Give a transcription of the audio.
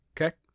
Okay